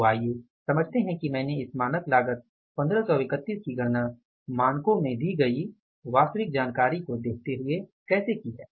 तो आइए समझते हैं कि मैंने इस मानक लागत 1531 की गणना मानकों में दी गई वास्तविक जानकारी को देखते हुए कैसे की है